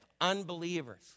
unbelievers